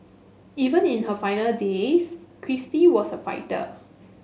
even in her final days Kristie was a fighter